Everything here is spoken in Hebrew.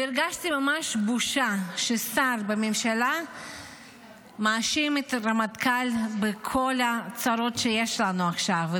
והרגשתי ממש בושה ששר בממשלה מאשים את הרמטכ"ל בכל הצרות שיש לנו עכשיו.